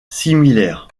similaires